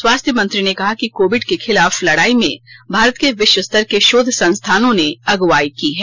स्वास्थ्य मंत्री ने कहा कि कोविड के खिलाफ लड़ाई में भारत के विश्वस्तर के शोध संस्थानों ने अगुवाई की है